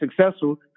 successful